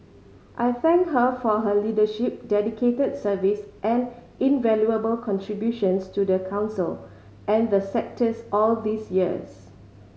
I thank her for her leadership dedicated service and invaluable contributions to the Council and the sectors all these years